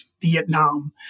Vietnam